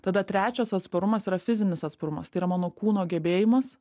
tada trečias atsparumas yra fizinis atsparumas tai yra mano kūno gebėjimas